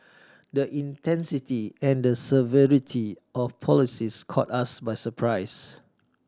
the intensity and the severity of policies caught us by surprise